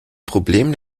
problem